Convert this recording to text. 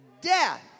Death